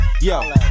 Yo